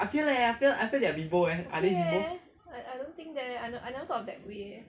okay lah I don't think there I never thought of that way leh